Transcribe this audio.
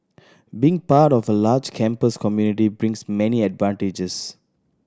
being part of a large campus community brings many advantages